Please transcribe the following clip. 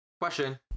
Question